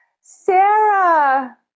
Sarah